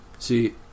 See